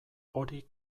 hori